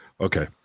Okay